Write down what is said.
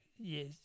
Yes